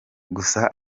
gusa